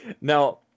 Now